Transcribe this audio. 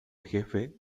jefe